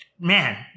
man